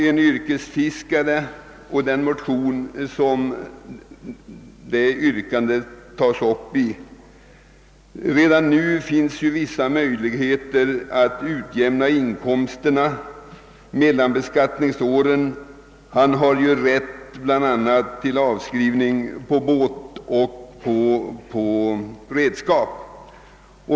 En yrkesfiskare — den kategorin behandlas i ett av motionsparen — har redan nu möjlighet att i viss utsträckning utjämna sin inkomst mellan olika beskattningsår genom rätten till avskrivning på båt och redskap.